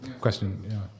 question